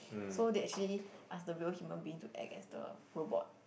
so they actually asked the real human being to act as the robot